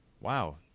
Wow